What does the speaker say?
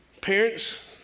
Parents